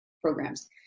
programs